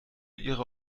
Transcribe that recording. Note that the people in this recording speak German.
ihre